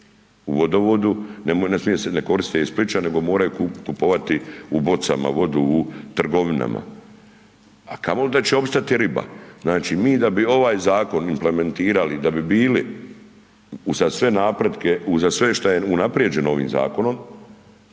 u vodovodu, ne koriste je Splićani, nego moraju kupovati u bocama vodu u trgovinama, a kamo li da će opstati riba. Znači, mi da bi ovaj zakon implementirali, da bi bili uza sve napretke, uza sve šta je unaprijeđeno ovim zakonom,